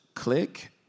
Click